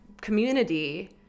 community